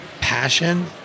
passion